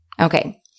Okay